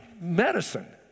medicine